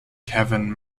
kevin